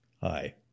Hi